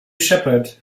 shepherd